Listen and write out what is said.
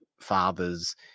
father's